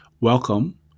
Welcome